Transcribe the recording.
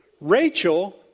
Rachel